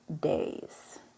days